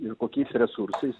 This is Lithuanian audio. ir kokiais resursais